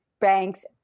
banks